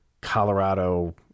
Colorado